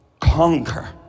conquer